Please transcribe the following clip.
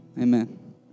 Amen